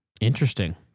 Interesting